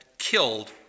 killed